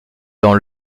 dans